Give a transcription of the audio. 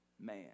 man